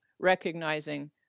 recognizing